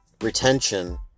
retention